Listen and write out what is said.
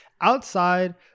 outside